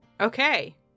Okay